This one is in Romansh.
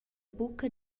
bucca